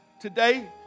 Today